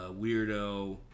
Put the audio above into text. Weirdo